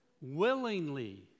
Willingly